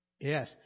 Yes